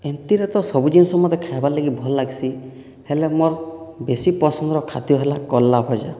ଏମିତିରେ ତ ସବୁ ଜିନିଷ ମୋତେ ଖାଇବାର ଲାଗି ଭଲଲାଗ୍ସି ହେଲେ ମୋର ବେଶି ପସନ୍ଦର ଖାଦ୍ୟ ହେଲା କଲରା ଭଜା